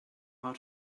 how